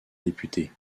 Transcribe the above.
député